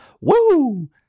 Woo